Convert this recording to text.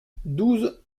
douze